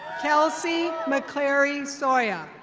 kelsey mclearly soya.